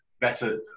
better